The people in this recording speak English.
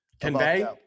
convey